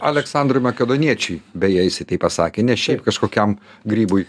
aleksandrui makedoniečiui beje jisai taip pasakė ne šiaip kažkokiam grybui